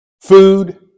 Food